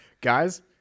guys